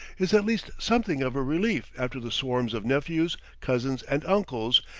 is at least something of a relief after the swarms of nephews, cousins, and uncles,